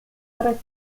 tre